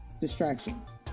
distractions